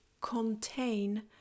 contain